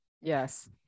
Yes